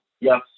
yes